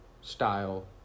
style